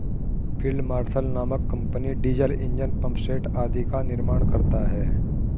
field marshal नामक company diesel engine, pump set आदि का निर्माण करता है